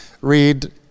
read